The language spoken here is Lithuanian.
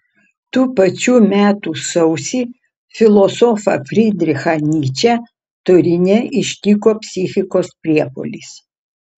tų pačių metų sausį filosofą frydrichą nyčę turine ištiko psichikos priepuolis